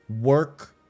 work